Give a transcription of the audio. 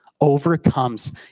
overcomes